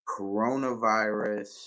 coronavirus